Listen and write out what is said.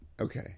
Okay